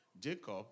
Jacob